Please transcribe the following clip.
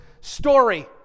story